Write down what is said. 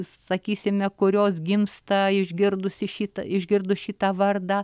sakysime kurios gimsta išgirdusi šitą išgirdus šitą vardą